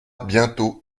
bientôt